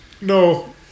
No